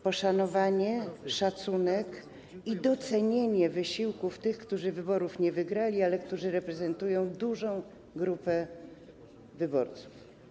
Poszanowanie, szacunek i docenienie wysiłków tych, którzy wyborów nie wygrali, ale którzy reprezentują dużą grupę wyborców.